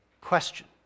Question